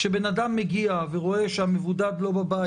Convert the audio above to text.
כשבן אדם מגיע ורואה שהמבודד לא בבית,